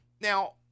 Now